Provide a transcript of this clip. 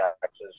taxes